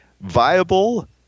viable